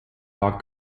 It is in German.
war